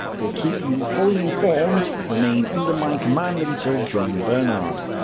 will keep you fully informed. remain under my command until join bernard.